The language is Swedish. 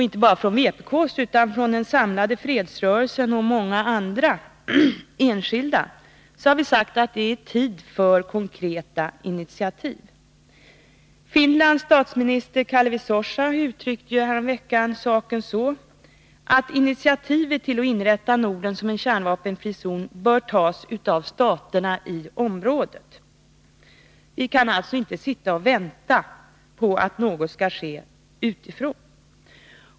Inte bara vpk utan även den samlade fredsrörelsen och många enskilda har förklarat att det är tid för konkreta initiativ. Finlands statsminister Kalevi Sorsa uttryckte häromveckan saken så att initiativet till att inrätta Norden såsom en kärnvapenfri zon bör tas av staterna i området. Vi kan alltså inte sitta och vänta på att någonting skall ske utifrån.